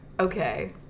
Okay